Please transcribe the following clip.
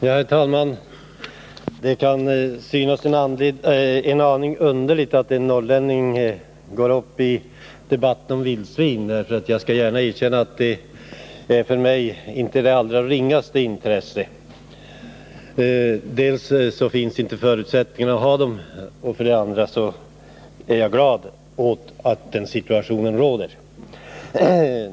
Herr talman! Det kan synas en aning underligt att en norrlänning går upp i en debatt om vildsvin, och jag skall gärna erkänna att de för mig inte har det allra ringaste intresse. För det första finns det inte förutsättningar att ha vildsvin i Norrland, för det andra är jag glad åt att den situationen råder.